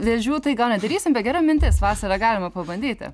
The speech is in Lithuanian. vėžių tai gal nedarysim bet gera mintis vasarą galima pabandyti